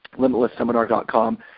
LimitlessSeminar.com